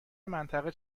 منطقه